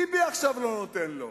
עכשיו ביבי לא נותן לו.